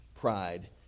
pride